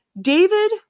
David